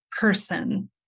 person